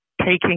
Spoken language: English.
taking